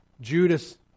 Judas